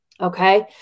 Okay